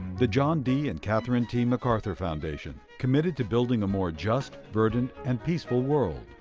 the john d. and catherine t. macarthur foundation, committed to building a more just, verdant, and peaceful world.